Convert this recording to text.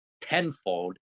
tenfold